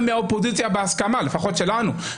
מה הציבור לא מקשיב לאולפנים?